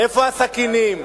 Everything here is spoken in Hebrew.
איפה הסכינים?